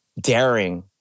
daring